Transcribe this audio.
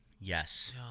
yes